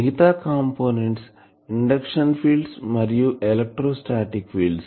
మిగతా components induction fields మరియు electrostatic fields